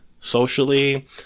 socially